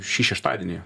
šį šeštadienį